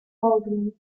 baldwin